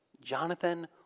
Jonathan